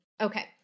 Okay